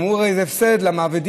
הם אמרו: הרי זה הפסד למעבידים,